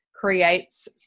creates